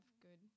good